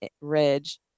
Ridge